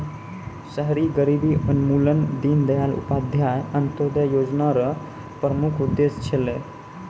शहरी गरीबी उन्मूलन दीनदयाल उपाध्याय अन्त्योदय योजना र प्रमुख उद्देश्य छलै